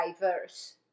diverse